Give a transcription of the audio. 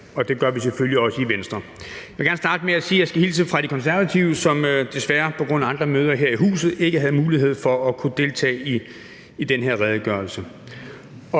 og det gør vi selvfølgelig også i Venstre. Jeg vil gerne starte med at sige, at jeg skal hilse fra De Konservative, som desværre på grund af andre møder her i huset ikke har mulighed for at deltage i debatten om den her redegørelse.